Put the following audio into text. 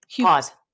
pause